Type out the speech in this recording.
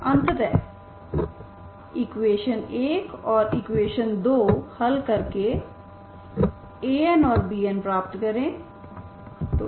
अतःeq1 और eq2हल करकेAn और Bnप्राप्त करें